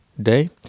day